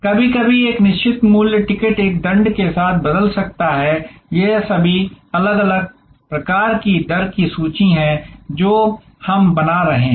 कभी कभी एक निश्चित मूल्य टिकट एक दंड के साथ बदल सकता है ये सभी अलग अलग प्रकार की दर की सूची हैं जो हम बना रहे हैं